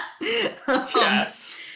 yes